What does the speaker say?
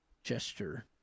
gesture